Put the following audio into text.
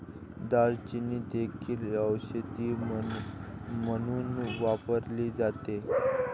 दालचिनी देखील औषध म्हणून वापरली जाते